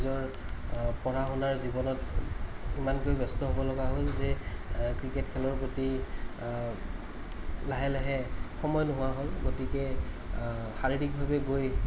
নিজৰ পঢ়া শুনাৰ জীৱনত ইমানকৈ ব্যস্ত হ'ব লগা হ'ল যে ক্ৰিকেট খেলৰ প্ৰতি লাহে লাহে সময় নোহোৱা হ'ল গতিকে শাৰীৰিকভাৱে গৈ